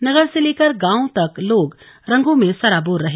नगर से लेकर गांव तक लोग रंगों में सराबोर रहे